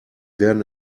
werden